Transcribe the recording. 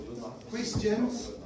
questions